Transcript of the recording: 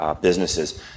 businesses